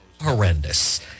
horrendous